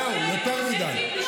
זהו, יותר מדי.